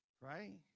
Right